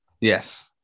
Yes